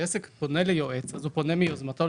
העסק פונה ליועץ מיוזמתו,